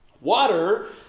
Water